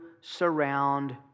surround